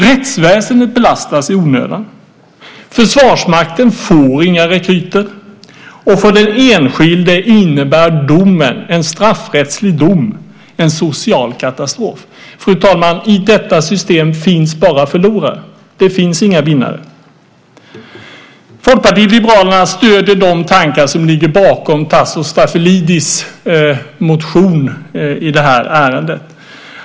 Rättsväsendet belastas i onödan. Försvarsmakten får inga rekryter. Och för den enskilde innebär domen, en straffrättslig dom, en social katastrof. Fru talman! I detta system finns bara förlorare; det finns inga vinnare. Folkpartiet liberalerna stöder de tankar som ligger bakom Tasso Stafilidis motion i det här ärendet.